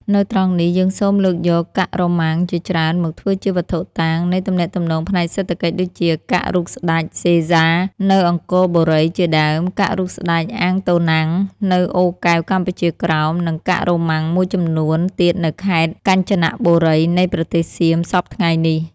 នៅត្រង់នេះយើងសូមលើកយកកាក់រ៉ូម៉ាំង ជាច្រើន មកធ្វើជាវត្ថុតាង នៃទំនាក់ទំនងផ្នែកសេដ្ឋកិច្ច ដូចជា កាក់រូបស្តេច សេហ្សា នៅអង្គរបូរី ជាដើម កាក់រូបស្តេច អាងតូណាំង នៅអូរកែវកម្ពុជាក្រោម និងកាក់រ៉ូម៉ាំងមួយចំនួន ទៀតនៅខេត្ត កញ្ជនៈបូរីនៃប្រទេសសៀមសព្វថ្ងៃនេះ ។